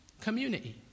community